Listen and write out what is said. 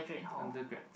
undergrad